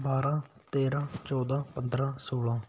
ਬਾਰਾਂ ਤੇਰਾਂ ਚੌਦਾਂ ਪੰਦਰਾਂ ਸੌਲਾਂ